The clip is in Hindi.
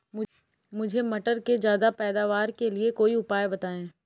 मुझे मटर के ज्यादा पैदावार के लिए कोई उपाय बताए?